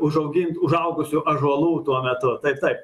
užaugint užaugusių ąžuolų tuo metu taip